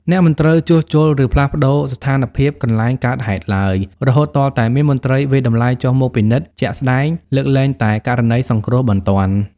អ្នកមិនត្រូវ ជួសជុល ឬផ្លាស់ប្តូរ ស្ថានភាពកន្លែងកើតហេតុឡើយ រហូតទាល់តែមានមន្ត្រីវាយតម្លៃចុះមកពិនិត្យជាក់ស្ដែង (លើកលែងតែករណីសង្គ្រោះបន្ទាន់)។